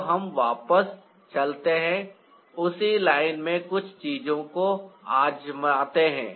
तो हम वापस चलते हैं उसी लाइन में कुछ चीजों को आज़माते हैं